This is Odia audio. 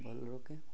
ଭଲ ରଖେ